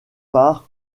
par